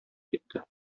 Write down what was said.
китте